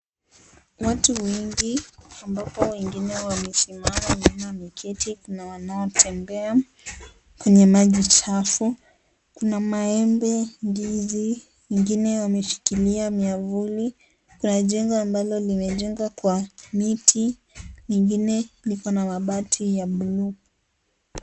Watu wengi ambapo wengine wamesimama, kuna wanaotembea kwenye maji chafu, kuna maembe, ndizi, mwingine ameshikilia miavuli, kuna jengo ambalo limejengwa kwa miti, ingine ikona mabati ya buluu.